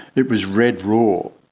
it was red raw,